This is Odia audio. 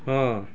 ହଁ